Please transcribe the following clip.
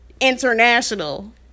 international